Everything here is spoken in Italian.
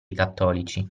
cattolici